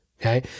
Okay